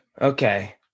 Okay